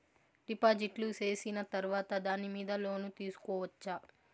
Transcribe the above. డిపాజిట్లు సేసిన తర్వాత దాని మీద లోను తీసుకోవచ్చా?